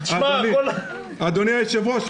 אדוני היושב-ראש,